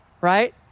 right